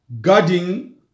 guarding